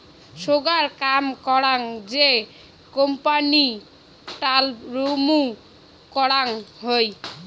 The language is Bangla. সোগায় কাম করং যে ক্যাপিটাল বুরুম করং হই